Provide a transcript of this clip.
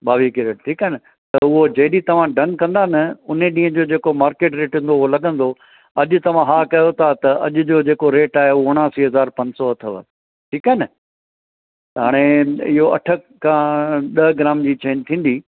ॿावीह कैरेट ठीकु आहे न त उहो जे ॾींह तव्हां डन कंदा न उने ॾींहं जो जेको मार्केट रेट हूंदो उहो लॻंदो अॼ तव्हां हा कयो था त अॼ जो जेको रेट आहे उहो उणासी हज़ार पंज सौ अथव ठीकु आहे न त हाणे इहो अठ खां ॾह ग्राम जी चेन थींदी